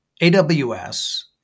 AWS